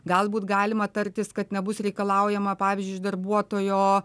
galbūt galima tartis kad nebus reikalaujama pavyzdžiui darbuotojo